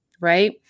right